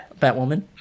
Batwoman